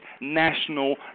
National